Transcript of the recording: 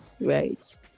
right